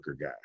guy